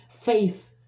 faith